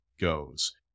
goes